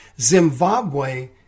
Zimbabwe